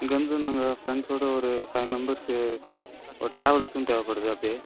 இங்கே வந்து நாங்கள் ஃப்ரெண்ட்ஸோட ஒரு ஃபைவ் மெம்பர்ஸு ஒரு ட்ராவல்ஸும் தேவைப்படுது அப்படியே